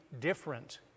different